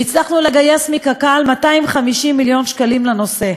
והצלחנו לגייס מקק"ל 250 מיליון שקלים לנושא.